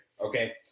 Okay